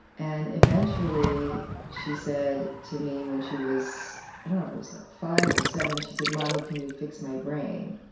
and eventually she said to me when she was, i don't know if it was five or seven, she said, mommy, can you fix my brain?